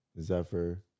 zephyr